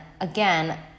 again